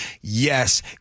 yes